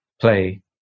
play